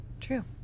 True